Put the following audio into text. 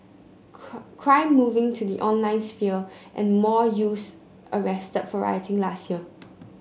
crime moving to the online sphere and more youths arrested for rioting last year